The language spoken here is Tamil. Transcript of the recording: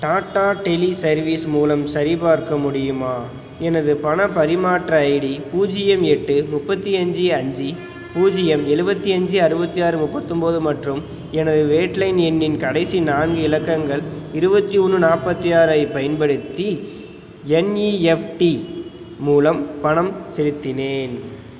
டாடா டெலி சர்வீஸ் மூலம் சரிபார்க்க முடியுமா எனது பணப் பரிமாற்ற ஐடி பூஜ்யம் எட்டு முப்பத்தி அஞ்சு அஞ்சு பூஜ்யம் எழுவத்தி அஞ்சு அறுபத்தி ஆறு முப்பத்தொன்போது மற்றும் எனது வேட் லைன் எண்ணின் கடைசி நான்கு இலக்கங்கள் இருவத்தி ஒன்னு நாப்பத்தி ஆறைப் பயன்படுத்தி என்இஎஃப்டி மூலம் பணம் செலுத்தினேன்